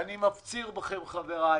אני מפציר בכם, חבריי,